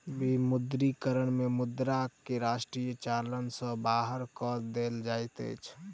विमुद्रीकरण में मुद्रा के राष्ट्रीय चलन सॅ बाहर कय देल जाइत अछि